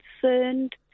concerned